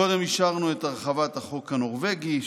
קודם אישרנו את הרחבת החוק הנורבגי,